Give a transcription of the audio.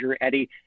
Eddie